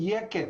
המדויקת.